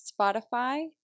Spotify